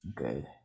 Okay